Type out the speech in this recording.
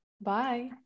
Bye